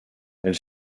elle